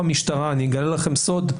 אני אגלה לכם סוד.